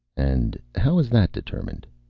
and how is that determined?